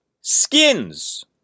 Skins